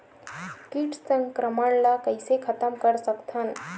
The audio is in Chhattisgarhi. कीट संक्रमण ला कइसे खतम कर सकथन?